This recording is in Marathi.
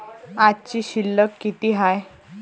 आजची शिल्लक किती हाय?